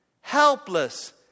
helpless